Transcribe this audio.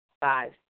Five